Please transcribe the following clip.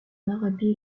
arabie